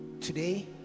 today